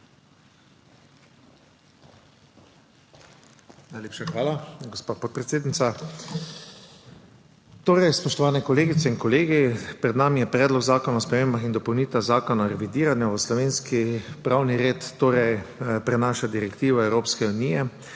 Najlepša hvala, gospa podpredsednica. Spoštovane kolegice in kolegi! Pred nami je Predlog zakona o spremembah in dopolnitvah Zakona o revidiranju. V slovenski pravni red prenaša direktivo Evropske unije